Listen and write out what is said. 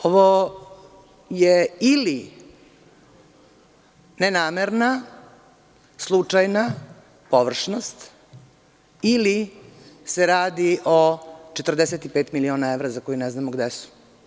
Ovo je ili nenamerna, slučajna površnost ili se radi o 45 miliona evra za koje ne znamo gde su.